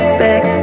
back